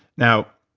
now,